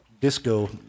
disco